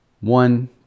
one